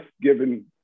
given